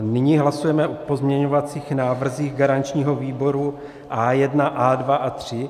Nyní hlasujeme o pozměňovacích návrzích garančního výboru A1, A2, A3.